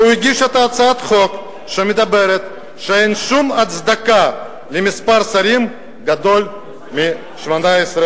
והוא הגיש הצעת חוק שאומרת שאין שום הצדקה למספר שרים גדול מ-18,